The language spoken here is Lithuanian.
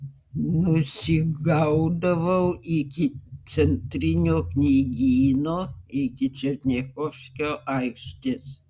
nusigaudavau iki centrinio knygyno iki černiachovskio aikštės